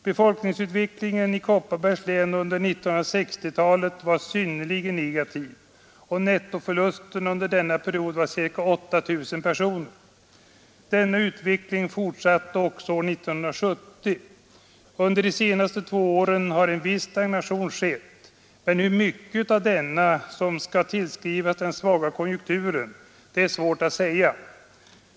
Befolkningsutvecklingen i Kopparbergs län under 1960-talet var synnerligen negativ, och nettoförlusten under denna period var ca 8 000 personer. Denna utveckling fortsatte också år 1970. Under de två senaste åren har en viss stagnation skett. Hur mycket av denna som skall tillskrivas den svaga konjunkturen är svårt att säga.